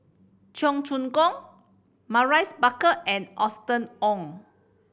Cheong Choong Kong Maurice Baker and Austen Ong